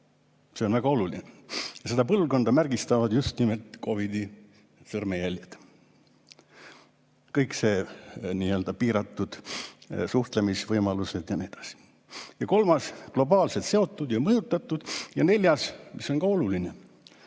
See on väga oluline ja seda põlvkonda märgistavad just nimelt COVID‑i sõrmejäljed, kõik need piiratud suhtlemisvõimalused ja nii edasi. Kolmas, globaalselt seotud ja mõjutatud. Ja neljas, mis on ka oluline: